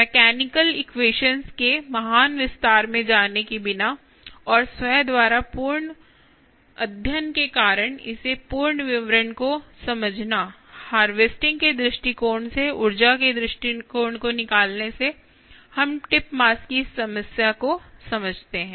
mechanical equations के महान विस्तार में जाने के बिना और स्वयं द्वारा पूर्ण अध्ययन के कारण इसे पूर्ण विवरण को समझना हार्वेस्टिंग के दृष्टिकोण से ऊर्जा के दृष्टिकोण को निकालने से हम टिप मास की इस समस्या को समझते हैं